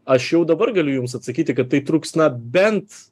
aš jau dabar galiu jums atsakyti kad tai truks na bent